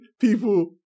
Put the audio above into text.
people